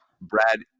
brad